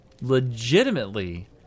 legitimately